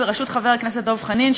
בראשות חבר הכנסת דב חנין,